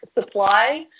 supply